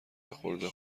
یخورده